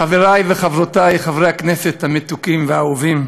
חברי וחברותי חברי הכנסת המתוקים והאהובים,